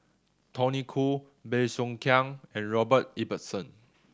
Tony Khoo Bey Soo Khiang and Robert Ibbetson